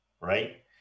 Right